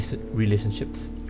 relationships